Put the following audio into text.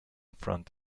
front